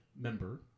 member